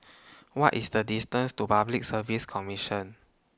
What IS The distance to Public Service Commission